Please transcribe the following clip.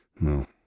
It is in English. No